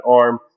arm